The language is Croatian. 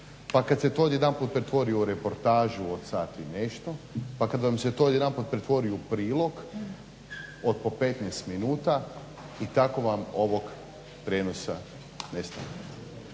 pa kad se to odjedanput pretvori u reportažu od sat i nešto, pa kad vam se to jedan put pretvori u prilog od po 15 min i tako vam ovog prijenosa nestane.